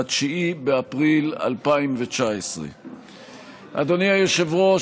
9 באפריל 2019. אדוני היושב-ראש,